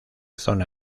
zona